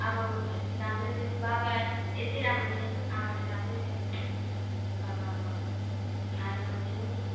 आमाबाबाहरू चाहिँ राम्रै थियो बाबा यति राम्रो थिएन आमाचाहिँ राम्रै थियो बाबा अब खाने मान्छे हो